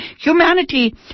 humanity